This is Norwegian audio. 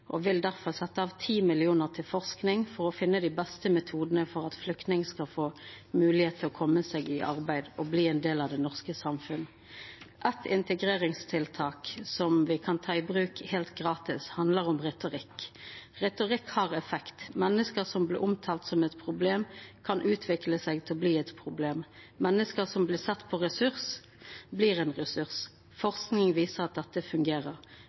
vil derfor sette av 10 mill. kr til forskning for å finne de beste metodene for at flyktninger skal få mulighet til å komme seg i arbeid og bli en del av det norske samfunnet. Ett integreringstiltak som vi kan ta i bruk helt gratis, handler om retorikk. Retorikk har effekt. Mennesker som blir omtalt som et problem, kan utvikle seg til å bli et problem. Mennesker som blir sett på som en ressurs, blir en ressurs. Forskning viser at dette fungerer.